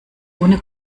ohne